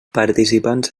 participants